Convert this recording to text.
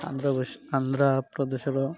ଆନ୍ଧ୍ରାପ୍ରଦେଶର